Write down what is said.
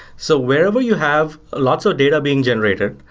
so wherever you have lots of data being generated,